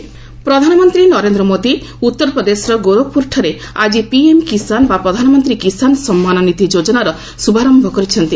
PM Gorakhpur ପ୍ରଧାନମନ୍ତ୍ରୀ ନରେନ୍ଦ୍ର ମୋଦି ଉତ୍ତରପ୍ରଦେଶର ଗୋରଖପୁରଠାରେ ଆଜି ପିଏମ୍ କିଷାନ ବା ପ୍ରଧାନମନ୍ତ୍ରୀ କିଷାନ ସମ୍ମାନ ନିଧି ଯୋଜନାର ଶୁଭାରମ୍ଭ କରିଛନ୍ତି